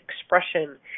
expression